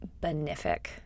benefic